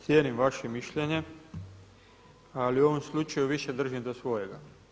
Cijenim vaše mišljenje ali u ovom slučaju više držim do svojega.